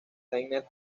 tanner